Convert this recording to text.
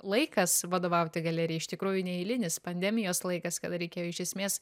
laikas vadovauti galerijai iš tikrųjų neeilinis pandemijos laikas kada reikėjo iš esmės